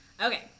Okay